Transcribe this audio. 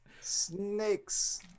Snakes